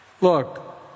Look